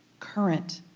current